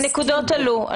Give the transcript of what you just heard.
הנקודות עלו.